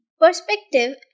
perspective